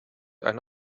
eine